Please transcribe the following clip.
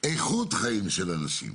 איכות חיים של אנשים,